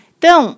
Então